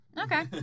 Okay